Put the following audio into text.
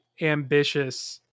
ambitious